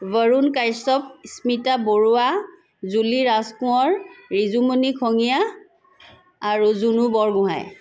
বৰুণ কাশ্যপ স্মিতা বৰুৱা জুলি ৰাজকোঁৱৰ ৰিজুমণি ষঙিয়া আৰু জুনু বৰগোহাঁই